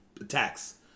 attacks